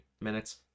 minutes